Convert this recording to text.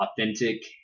authentic